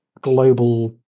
global